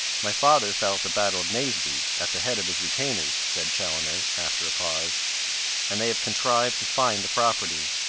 my father fell at the battle of naseby, at the head of his retainers, said chaloner, after a pause and they have contrived to fine the property,